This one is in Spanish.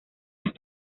las